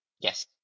Yes